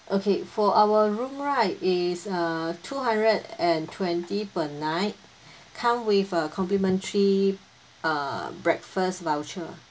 okay for our room right is uh two hundred and twenty per night come with a complimentary uh breakfast voucher